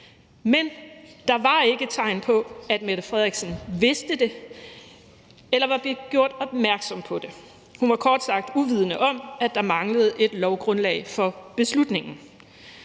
Men der var ikke tegn på, at statsministeren vidste det eller var blevet gjort opmærksom på det. Hun var kort sagt uvidende om, at der manglede et lovgrundlag for beslutningen.